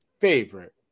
favorite